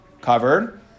covered